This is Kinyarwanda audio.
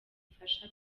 bifasha